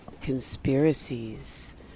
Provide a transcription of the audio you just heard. conspiracies